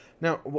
Now